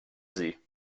sie